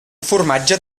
formatge